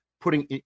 putting